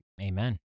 Amen